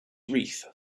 wreath